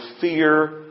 fear